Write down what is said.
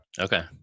Okay